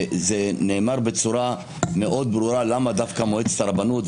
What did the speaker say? נאמר בצורה מאוד ברורה למה דווקא מועצת הרבנות,